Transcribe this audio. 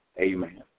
amen